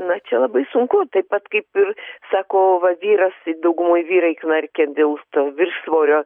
na čia labai sunku taip pat kaip ir sako va vyras daugumoj vyrai knarkia dėl to viršsvorio